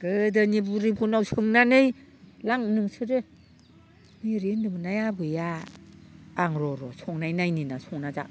गोदोनि बुरिफोरनाव सोंनानै लां नोंसोरो एरै होन्दोमोनहाय आबैया आं र' र' संनाय नायनि होनना संना जा